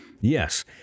Yes